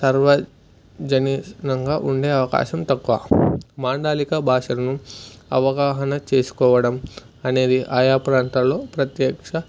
సర్వజనీనంగా ఉండే అవకాశం తక్కువ మాండలిక భాషను అవగాహన చేసుకోవడం అనేది ఆయా ప్రాంతాల్లో ప్రత్యక్ష